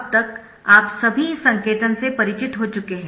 अब तक आप सभी इस संकेतन से परिचित हो चुके है